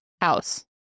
house